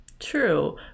True